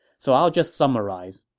so i'll just summarize.